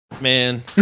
man